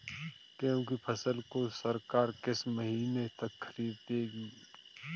गेहूँ की फसल को सरकार किस महीने तक खरीदेगी?